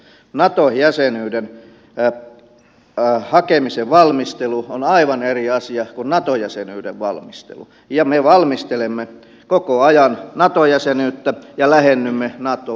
nato jäsenyyden hakemisen valmistelu on aivan eri asia kuin nato jäsenyyden valmistelu ja me valmistelemme koko ajan nato jäsenyyttä ja lähennymme natoa